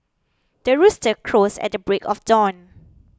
the rooster crows at the break of dawn